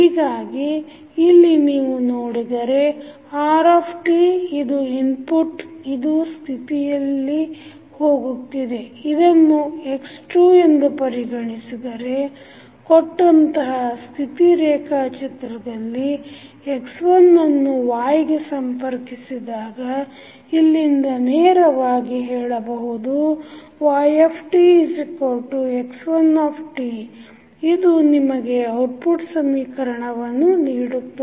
ಹೀಗಾಗಿ ನೀವು ಇಲ್ಲಿ ನೋಡಿದರೆ r ಇದು ಇನ್ಪುಟ್ ಇದು ಸ್ಥಿತಿಯಲ್ಲಿ ಹೋಗುತ್ತಿದೆ ಇದನ್ನು x2 ಎಂದು ಪರಿಗಣಿಸಿದರೆ ಕೊಟ್ಟಂತಹ ಸ್ಥಿತಿ ರೇಖಾಚಿತ್ರದಲ್ಲಿ x1 ಅನ್ನು y ಗೆ ಸಂಪರ್ಕಿಸಿದಾಗ ಇಲ್ಲಿಂದ ನೇರವಾಗಿ ಹೇಳಬಹುದು yx1 ಇದು ನಿಮಗೆ ಔಟ್ಪುಟ್ ಸಮೀಕರಣವನ್ನು ನೀಡುತ್ತದೆ